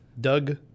Doug